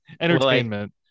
Entertainment